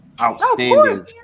Outstanding